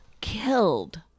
killed